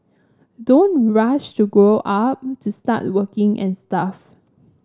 don't rush to grow up to start working and stuff